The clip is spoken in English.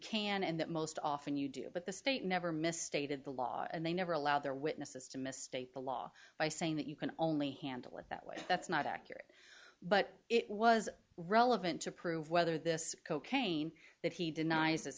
can and that most often you do but the state never misstated the law and they never allowed their witnesses to misstate the law by saying that you can only handle it that way that's not accurate but it was relevant to prove whether this cocaine that he denies i